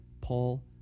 Paul